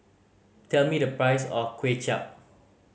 tell me the price of Kway Chap